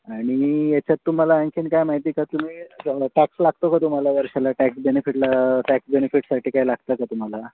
आणि याच्यात तुम्हाला आणखी काय माहिती आहे का तुमी टॅक्स लागतो का तुम्हाला वर्षाला टॅक्स बेनिफिटला टॅक्स बेनिफिटसाठी काय लागतं का तुम्हाला